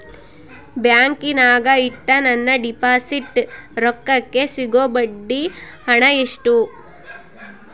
ಬ್ಯಾಂಕಿನಾಗ ಇಟ್ಟ ನನ್ನ ಡಿಪಾಸಿಟ್ ರೊಕ್ಕಕ್ಕೆ ಸಿಗೋ ಬಡ್ಡಿ ಹಣ ಎಷ್ಟು?